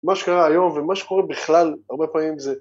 מה שקרה היום, ומה שקורה בכלל, הרבה פעמים זה...